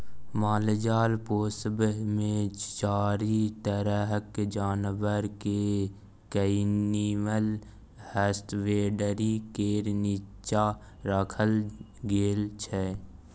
मालजाल पोसब मे चारि तरहक जानबर केँ एनिमल हसबेंडरी केर नीच्चाँ राखल गेल छै